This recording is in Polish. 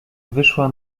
wyszła